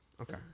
Okay